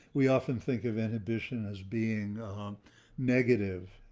we often think of inhibition as being negative,